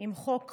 עם חוק חשוב,